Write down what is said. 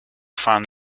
fan